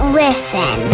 listen